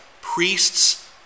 priests